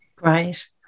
Right